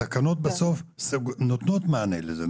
התקנות בסוף נותנות מענה לזה,